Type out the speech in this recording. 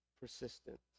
persistent